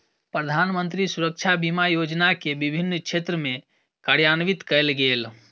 प्रधानमंत्री सुरक्षा बीमा योजना के विभिन्न क्षेत्र में कार्यान्वित कयल गेल